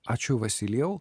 ačiū vasilijau